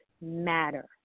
matter